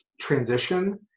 transition